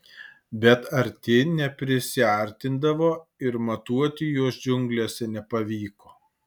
bet arti neprisiartindavo ir matuoti juos džiunglėse nepavyko